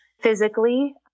physically